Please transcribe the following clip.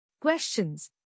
Questions